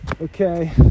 Okay